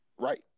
Right